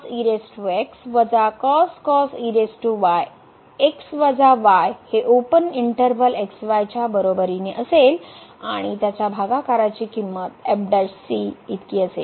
x वजा y हे open interval x y च्या बरोबरीने असेल आणि त्याच्या भागाकाराची किंमत इतके असेल